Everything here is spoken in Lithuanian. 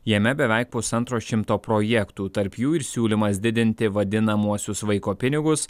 jame beveik pusantro šimto projektų tarp jų ir siūlymas didinti vadinamuosius vaiko pinigus